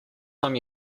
time